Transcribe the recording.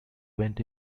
went